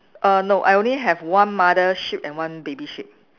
err no I only have one mother sheep and one baby sheep